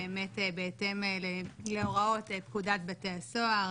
באמת בהתאם להוראות פקודת בתי הסוהר.